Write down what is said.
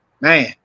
man